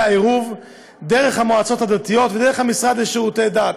העירוב דרך המועצות הדתיות ודרך המשרד לשירותי דת.